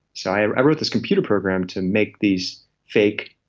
so i wrote this computer program to make these fake,